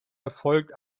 erfolgt